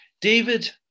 David